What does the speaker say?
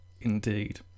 indeed